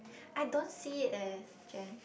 I don't see it eh Jen